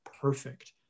perfect